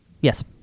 Yes